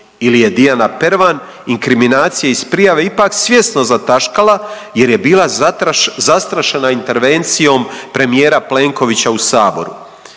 ili je Dijana Pervan inkriminacije iz prijave ipak svjesno zataškala jer je bila zastrašena intervencijom premijera Plenkovića u Saboru.